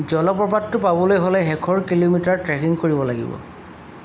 জলপ্ৰপাতটো পাবলৈ হ'লে শেষৰ কিলোমিটাৰ ট্ৰেকিং কৰিব লাগিব